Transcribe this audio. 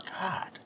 God